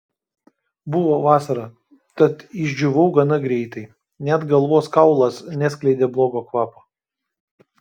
buvo vasara tad išdžiūvau gana greitai net galvos kaulas neskleidė blogo kvapo